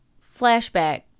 flashback